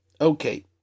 Okay